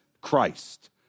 Christ